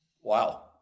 Wow